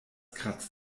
kratzt